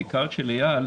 בעיקר של איל,